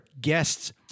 guests